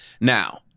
Now